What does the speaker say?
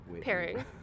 pairing